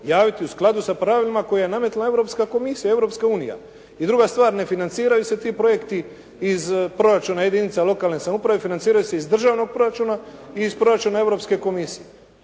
javiti u skladu sa pravima koja je nametnula Europska komisija, Europska unija. I druga stvar, ne financiraju se ti projekti iz proračuna jedinica lokalne samouprave, financiraju se iz državnog proračuna i iz proračuna Europske komisije.